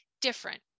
different